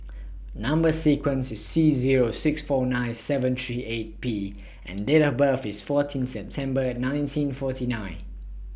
Number sequence IS T Zero six four nine seven three eight P and Date of birth IS fourteen September nineteen forty nine